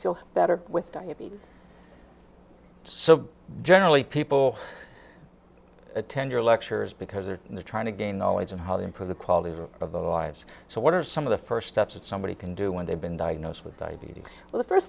feel better with diabetes so generally people attend your lectures because they're trying to gain knowledge on how to improve the quality of their lives so what are some of the first steps that somebody can do when they've been diagnosed with diabetes well first